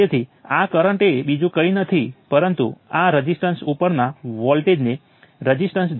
તેથી જે રીતે આપણે આપણા બધા સમીકરણો સેટ કરીશું તે આના જેવું છે